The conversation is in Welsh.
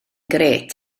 grêt